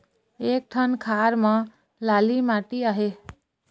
एक ठन खार म लाली माटी आहे?